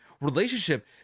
relationship